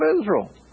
Israel